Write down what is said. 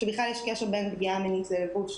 שבכלל יש קשר בין פגיעה מינית לבין לבוש,